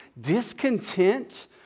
discontent